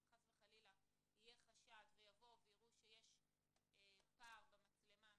חס וחלילה יהיה חשד ויבואו ויראו שיש פער במצלמה,